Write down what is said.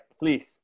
please